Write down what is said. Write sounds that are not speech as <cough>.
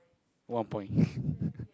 one point <laughs>